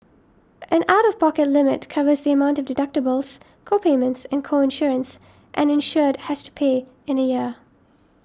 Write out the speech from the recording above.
an out of pocket limit covers the amount of deductibles co payments and co insurance an insured has to pay in a year